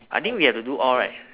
I think we have to do all right